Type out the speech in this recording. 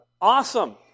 Awesome